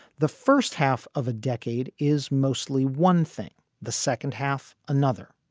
the first half of a decade is mostly one thing. the second half? another.